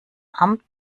amt